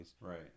right